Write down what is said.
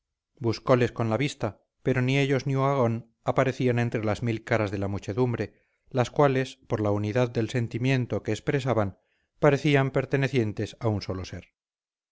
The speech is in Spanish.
buscoles con la vista pero ni ellos ni uhagón aparecían entre las mil caras de la muchedumbre las cuales por la unidad del sentimiento que expresaban parecían pertenecientes a un solo ser